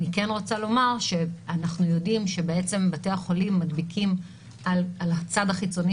אנחנו יודעים שבתי החולים מדביקים על הצד החיצוני